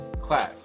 Class